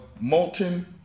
molten